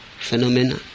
phenomena